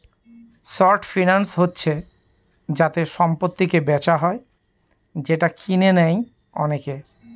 short finance হচ্ছে যাতে সম্পত্তিকে বেচা হয় যেটা কিনে নেয় অনেকে